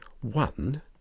One